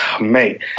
mate